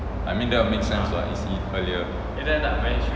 I mean that would make sense lah is e~ earlier